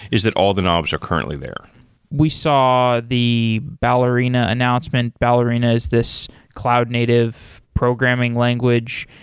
is that all the knobs are currently there we saw the ballerina announcement. ballerina is this cloud native programming language.